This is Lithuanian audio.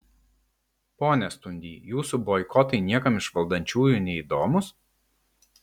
pone stundy jūsų boikotai niekam iš valdančiųjų neįdomūs